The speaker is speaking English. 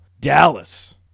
Dallas